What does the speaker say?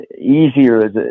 easier